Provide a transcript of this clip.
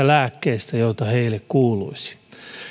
lääkkeistä korvauksia joita heille kuuluisi